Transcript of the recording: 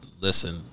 Listen